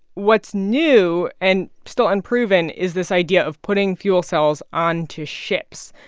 what's new and still unproven is this idea of putting fuel cells onto ships.